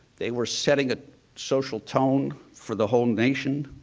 they were setting a social tone for the whole nation.